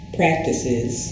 practices